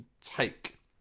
take